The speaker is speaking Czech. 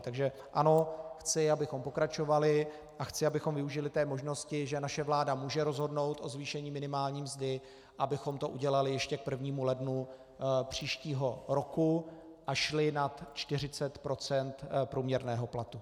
Takže ano, chci, abychom pokračovali, a chci, abychom využili té možnosti, že naše vláda může rozhodnout o zvýšení minimální mzdy, abychom to udělali ještě k 1. lednu příštího roku a šli nad 40 % průměrného platu.